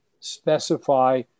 specify